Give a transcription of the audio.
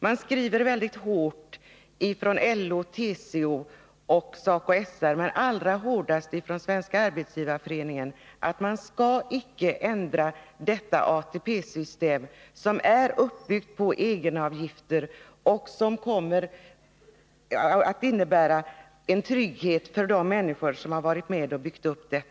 Man skriver mycket hårt från LO, TCO och SACO/SR, men allra hårdast från Svenska arbetsgivareföreningen, att vi icke skall ändra ATP-systemet, som är uppbyggt på egenavgifter och som kommer att innebära en trygghet för de människor som har varit med och byggt upp det.